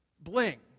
bling